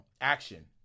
action